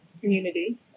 community